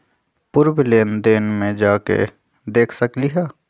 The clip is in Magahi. पूर्व लेन देन में जाके देखसकली ह?